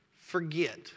forget